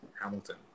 Hamilton